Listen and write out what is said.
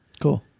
Cool